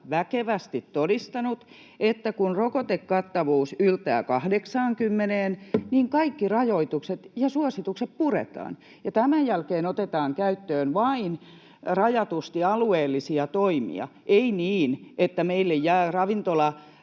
väkevästi todistanut, että kun rokotekattavuus yltää 80:een, niin kaikki rajoitukset ja suositukset puretaan ja tämän jälkeen otetaan käyttöön vain rajatusti alueellisia toimia — ei niin, että meille jäävät